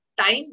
time